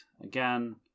again